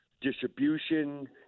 distribution